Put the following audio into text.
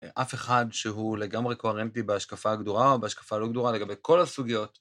אף אחד שהוא לגמרי קוהרנטי בהשקפה גדורה או בהשקפה לא גדורה לגבי כל הסוגיות.